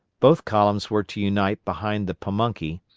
both columns were to unite behind the pamunkey,